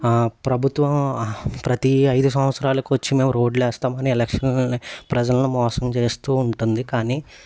ప్రభుత్వం ప్రతి ఐదు సంవత్సరాలకు వచ్చి మేము రోడ్లు వేస్తాం అని ఎలక్షన్కి ప్రజల్ని మోసం చేస్తూ ఉంటుంది కానీ